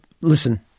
listen